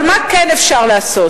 אבל מה כן אפשר לעשות?